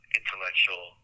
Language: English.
intellectual